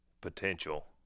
potential